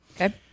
Okay